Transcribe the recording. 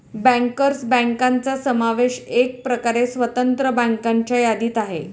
bankers बँकांचा समावेश एकप्रकारे स्वतंत्र बँकांच्या यादीत आहे